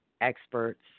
experts